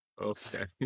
Okay